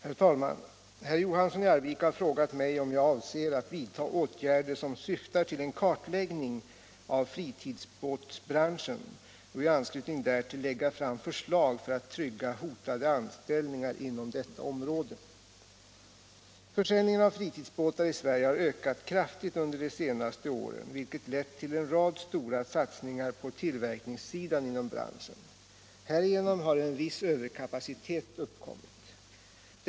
Herr talman! Herr Johansson i Arvika har frågat mig om jag avser att vidta åtgärder som syftar till en kartläggning av fritidsbåtsbranschen och i anslutning därtill lägga fram förslag för att trygga hotade anställningar inom detta område. Försäljningen av fritidsbåtar i Sverige har ökat kraftigt under de senaste åren vilket lett till en rad stora satsningar på tillverkningssidan inom branschen. Härigenom har en viss överkapacitet uppkommit.